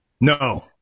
No